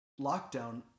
lockdown